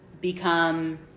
become